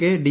K D